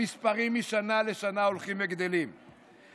המספרים הולכים וגדלים משנה לשנה.